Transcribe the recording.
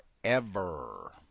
forever